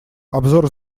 обзор